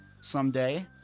someday